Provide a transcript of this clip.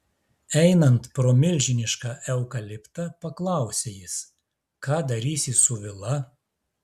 einant pro milžinišką eukaliptą paklausė jis ką darysi su vila